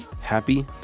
happy